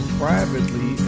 privately